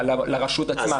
לרשות עצמה.